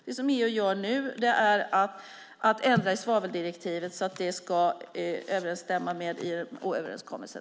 Det EU gör nu är att ändra i svaveldirektivet så att det ska överensstämma med IMO-överenskommelsen.